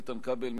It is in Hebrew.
איתן כבל,